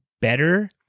better